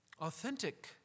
Authentic